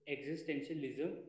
Existentialism